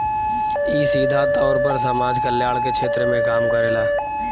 इ सीधा तौर पर समाज कल्याण के क्षेत्र में काम करेला